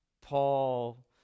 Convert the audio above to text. Paul